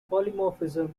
polymorphism